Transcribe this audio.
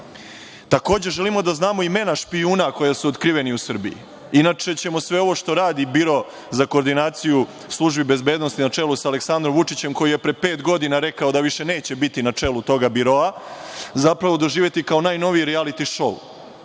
bavi. Takođe, želimo da znamo imena špijuna koji su otkriveni u Srbiji, inače će sve ovo što radi Biro za koordinaciju službi bezbednosti na čelu sa Aleksandrom Vučićem, koji je pre pet godina rekao da više neće biti na čelu tog Biroa, zapravo doživeti kao novi rijaliti šou.